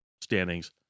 standings